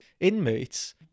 inmates